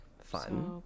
Fun